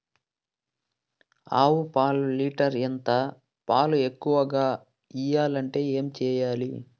ఆవు పాలు లీటర్ ఎంత? పాలు ఎక్కువగా ఇయ్యాలంటే ఏం చేయాలి?